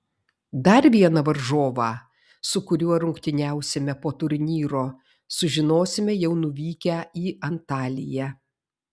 dar vieną varžovą su kuriuo rungtyniausime po turnyro sužinosime jau nuvykę į antaliją